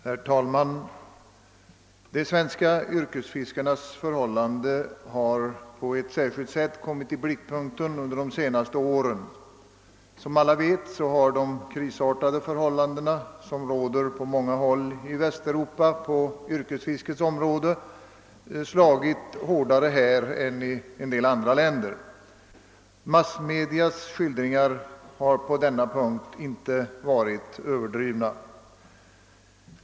Herr talman! De svenska yrkesfiskarnas förhållanden har på ett särskilt sätt kommit i blickpunkten under de senaste åren. De krisartade förhållandena på yrkesfiskets område i Västeuropa har slagit hårdare här än i en del andra länder. Massmedias skildringar har på denna punkt inte varit överdrivna.